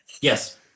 yes